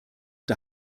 der